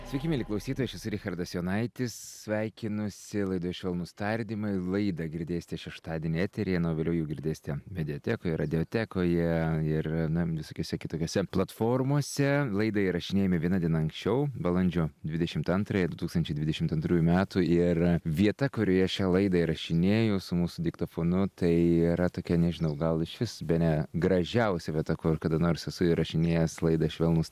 sveiki mieli klausytojai aš esu richardas jonaitis sveikinuosi laidoje švelnūs tardymai laidą girdėsite šeštadienį eteryje na o vėliau jau girdėsite mediatekoje radiotekoje ir na visokiose kitokiose platformose laidą įrašinėjame viena diena anksčiau balandžio dvidešimt antrąją du tūkstančiai dvidešimt antrųjų metų ir vieta kurioje šią laidą įrašinėju su mūsų diktofonu tai yra tokia nežinau gal išvis bene gražiausia vieta kur kada nors esu įrašinėjęs laidą švelnūs